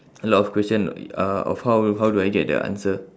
a lot of question uh of how how do I get the answer